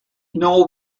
know